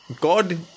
God